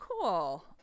cool